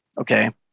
Okay